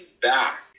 back